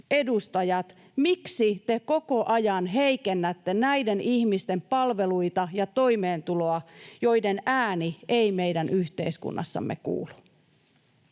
edustajat, miksi te koko ajan heikennätte näiden ihmisten palveluita ja toimeentuloa, joiden ääni ei meidän yhteiskunnassamme kuulu?